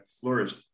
flourished